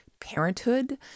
parenthood